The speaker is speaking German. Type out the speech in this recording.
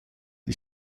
die